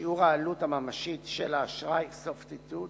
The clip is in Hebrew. "שיעור העלות הממשית של האשראי" סוף ציטוט,